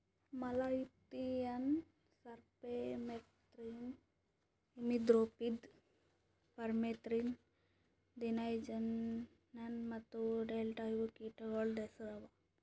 malathion, cypermethrin, imidacloprid, permethrin, diazinon ಮತ್ತ delta ಇವು ಕೀಟಗೊಳ್ದು ಹೆಸುರ್ ಅವಾ